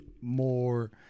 more